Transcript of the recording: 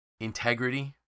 Integrity